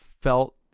felt